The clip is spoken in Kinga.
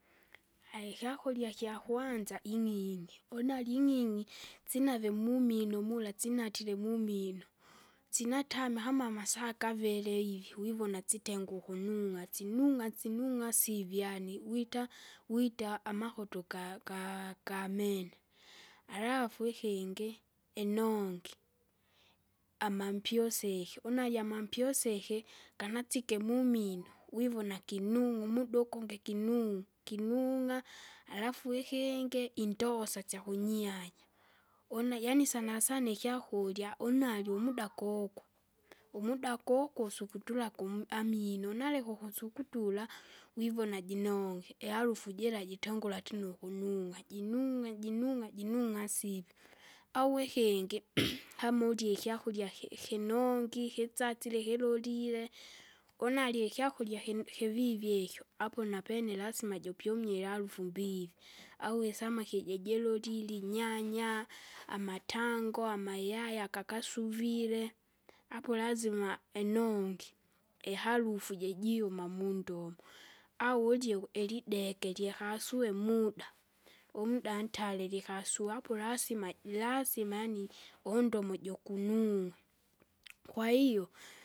ikyakurya kyakwanza ing'ing'i, unali ing'ing'i, sinave mumino mula sinatire mumino. Sinatama kama amasaa gaviri ivi wivona sitenge ukunung'a sinung'a sivyani wita, wita amakoto ga- ga- gamine. Alafu ikingi, inongi, amampusiki, une ajamampyusiki, ganatsike mumino, wivona kinung'a umuda ugungi kinung'u kinung'a, alafu ikingi indosa syakunyihanya. Une yaani sanasana ikyakurya unali umuda kokwa. Umuda kokusu kutula kum- amino nalika ukusukutura, wivona jinonge, iarufu jira jitengura ati nukunung'a, jinung'a jinung'a ansipe. Au ikingi, kama ulie ikyakurya ki- kinonongi kitsatsile kilolile, unarye ikyakurya kin- kivivi ikyo, apo napene lasima jupyumile iarufu mbivi, au isamaki isamaki jijilolili nyanya, amatango, amayayi agagasuvile. Apo lazima enongi, iharufu jijiuma mundomo. au ulye ilideke lyakasuwi muda, umuda ntali likasuapu lasimaji lasima yaani, undomo jukunung'a, kwahiyo.